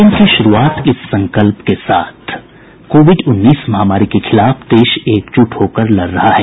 bulletin की शुरूआत इस संकल्प के साथ कोविड उन्नीस महामारी के खिलाफ देश एकजुट होकर लड़ रहा है